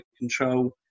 control